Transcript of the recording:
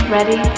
Ready